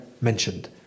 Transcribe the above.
Mentioned